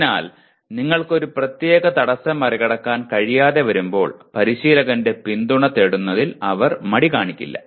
അതിനാൽ നിങ്ങൾക്ക് ഒരു പ്രത്യേക തടസ്സം മറികടക്കാൻ കഴിയാതെ വരുമ്പോൾ പരിശീലകന്റെ പിന്തുണ തേടുന്നതിൽ അവർ മടി കാണിക്കില്ല